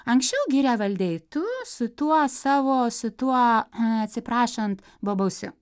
anksčiau girią valdei tu su tuo savo su tuo atsiprašant bobausiu